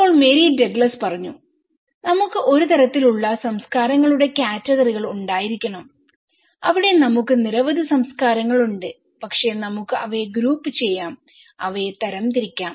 ഇപ്പോൾ Mary Douglas പറഞ്ഞു നമുക്ക് ഒരുതരത്തിൽ ഉള്ള സംസ്കാരങ്ങളുടെ കാറ്റഗറികൾ ഉണ്ടായിരിക്കണം അവിടെ നമുക്ക് നിരവധി സംസ്കാരങ്ങളുണ്ട് പക്ഷേ നമുക്ക് അവയെ ഗ്രൂപ്പുചെയ്യാം അവയെ തരംതിരിക്കാം